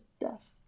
death